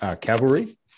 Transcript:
cavalry